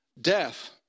death